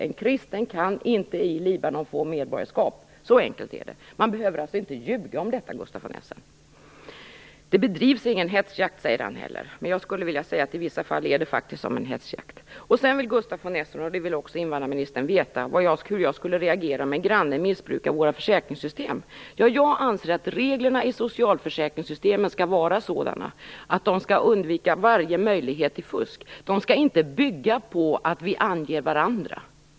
En kristen kan inte få medborgarskap i Libanon - så enkelt är det! Man behöver alltså inte ljuga om detta, Gustaf von Essen. Det bedrivs ingen hetsjakt, säger han också. Jag skulle vilja säga att det i vissa fall är som en hetsjakt. Sedan vill Gustaf von Essen och även invandrarministern veta hur jag skulle reagera om en granne missbrukade våra socialförsäkringssystem. Jag anser att reglerna i socialförsäkringssystemen skall vara sådana att de utesluter varje möjlighet till fusk. De skall inte bygga på att vi anger varandra.